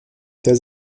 der